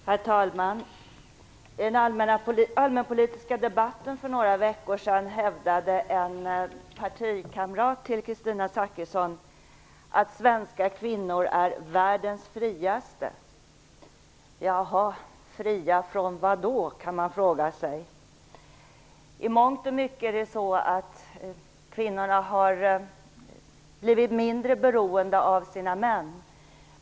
Herr talman! I den allmänpolitiska debatten för några veckor sedan hävdade en partikamrat till Kristina Zakrisson att svenska kvinnor är världens friaste kvinnor. Fria från vadå? kan man fråga sig. I mångt och mycket har kvinnorna blivit mindre beroende av sina män.